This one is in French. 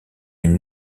une